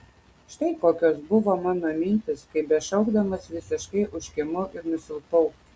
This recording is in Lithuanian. štai kokios buvo mano mintys kai bešaukdamas visiškai užkimau ir nusilpau